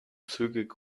zügig